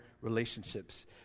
relationships